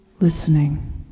listening